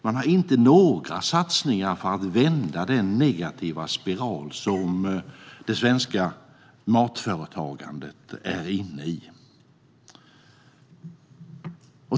Man har inte några satsningar för att vända den negativa spiral som det svenska matföretagandet är inne i.